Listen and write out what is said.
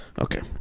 Okay